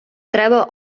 треба